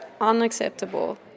unacceptable